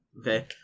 Okay